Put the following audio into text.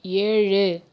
ஏழு